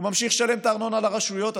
הוא ממשיך לשלם את הארנונה לרשויות,